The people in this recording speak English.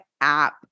app